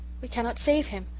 we cannot save him!